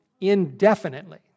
Indefinitely